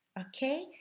Okay